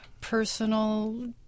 personal